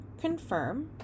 confirm